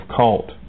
cult